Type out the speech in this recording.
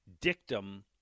dictum